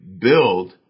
build